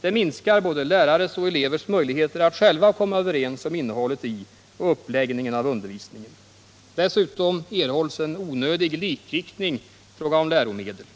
Det minskar både lärares och elevers möjligheter att själva komma överens om innehållet i och uppläggningen av undervisningen. Dessutom erhålles en onödig likriktning i fråga om läromedel.